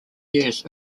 years